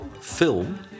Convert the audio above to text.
film